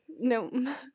No